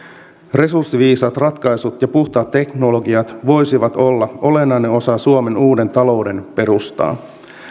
resurssiviisaat ratkaisut ja puhtaat teknologiat voisivat olla olennainen osa suomen uuden talouden perustaa